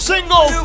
Single